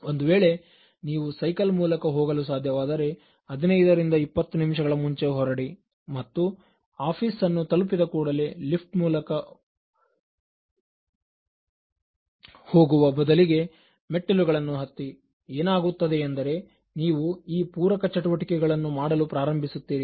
ಒಂದು ವೇಳೆ ನೀವು ಸೈಕಲ್ ಮೂಲಕ ಹೋಗಲು ಸಾಧ್ಯವಾದರೆ 15ರಿಂದ 20 ನಿಮಿಷಗಳ ಮುಂಚೆ ಹೊರಡಿ ಮತ್ತು ಆಫೀಸ್ ನ್ನು ತಲುಪಿದ ಕೂಡಲೇ ಲಿಫ್ಟ್ ಮೂಲಕ ಮೊದಲಿಗೆ ಮೆಟ್ಟಿಲುಗಳನ್ನು ಹತ್ತಿ ಏನಾಗುತ್ತದೆಯೆಂದರೆ ನೀವು ಈ ಪೂರಕ ಚಟುವಟಿಕೆಗಳನ್ನು ಮಾಡಲು ಪ್ರಾರಂಭಿಸುತ್ತೀರಿ